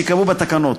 שייקבעו בתקנות.